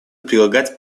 прилагать